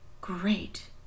Great